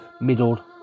middle